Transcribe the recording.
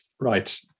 Right